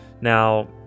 now